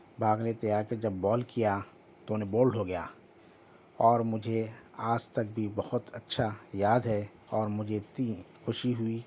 بھاگ لے کے آکے جب بال کیا تو انہیں بولڈ ہوگیا اور مجھے آج تک بھی بہت اچھا یاد ہے اور مجھے اتنی خوشی ہوئی